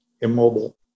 immobile